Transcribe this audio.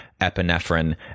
epinephrine